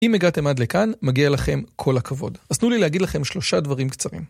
אם הגעתם עד לכאן, מגיע לכם כל הכבוד. אז תנו לי להגיד לכם שלושה דברים קצרים.